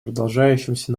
продолжающимся